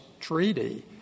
treaty